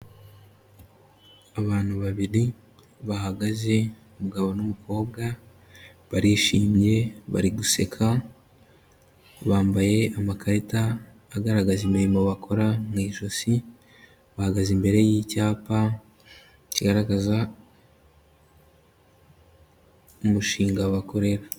Abantu babiri bahagaze, umugabo n'umukobwa, barishimye bari guseka, bambaye amakarita agaragaza imirimo bakora mu ijosi, bahagaze imbere y'icyapa kigaragaza umushinga bakorera.